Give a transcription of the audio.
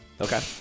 Okay